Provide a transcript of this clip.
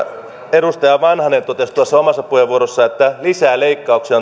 edustaja vanhanen totesi tuossa omassa puheenvuorossaan että lisää leikkauksia